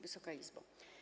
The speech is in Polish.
Wysoka Izbo!